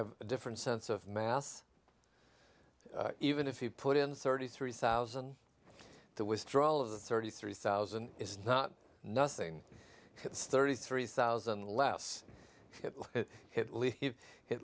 have a different sense of math even if you put in thirty three thousand the withdrawal of the thirty three thousand is not nothing thirty three thousand less it leave